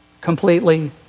Completely